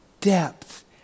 depth